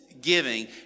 Giving